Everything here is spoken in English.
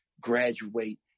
graduate